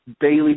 Bailey